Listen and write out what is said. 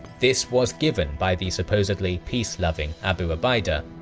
this was given by the supposedly peace-loving abu ubaidah.